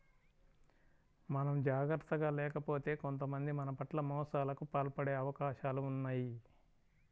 మనం జాగర్తగా లేకపోతే కొంతమంది మన పట్ల మోసాలకు పాల్పడే అవకాశాలు ఉన్నయ్